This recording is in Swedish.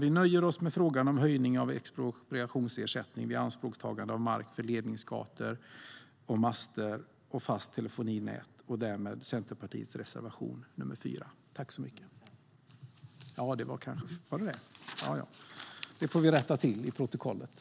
Vi nöjer oss med frågan om en höjning av expropriationsersättning vid anspråkstagande av mark för ledningsgator, master och fast telefonnät. Därmed yrkar jag bifall till Centerpartiets reservation nr 5.